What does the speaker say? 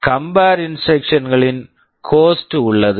compare compare instruction instruction களின் host host உள்ளது